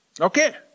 Okay